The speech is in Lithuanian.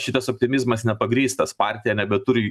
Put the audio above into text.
šitas optimizmas nepagrįstas partija nebeturi